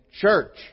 church